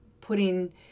putting